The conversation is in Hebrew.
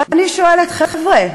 ואני שואלת: חבר'ה,